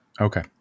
Okay